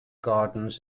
gardens